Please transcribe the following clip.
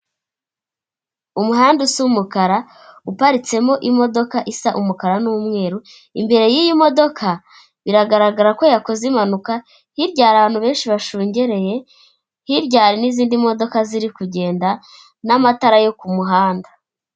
Umuhanda usa umukara, uparitsemo imodoka isa umukara n'umweru, imbere y'iyi modoka biragaragara ko yakoze impanuka, hirya hari abantu benshi bashungereye, hirya hari n'izindi modoka ziri kugenda n'amatara yo ku muhanda.